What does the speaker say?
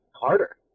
harder